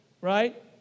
right